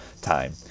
time